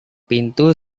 pintu